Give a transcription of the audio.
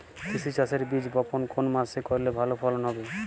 তিসি চাষের বীজ বপন কোন মাসে করলে ভালো ফলন হবে?